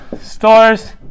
stores